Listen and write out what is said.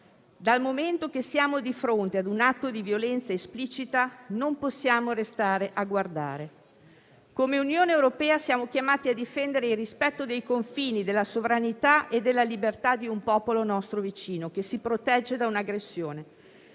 Dal momento che siamo di fronte ad un atto di violenza esplicita, non possiamo restare a guardare. Come Unione europea siamo chiamati a difendere il rispetto dei confini, della sovranità e della libertà di un popolo nostro vicino, che si protegge da un'aggressione;